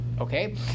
Okay